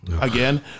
again